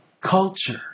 culture